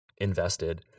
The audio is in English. invested